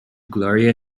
gloria